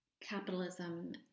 capitalism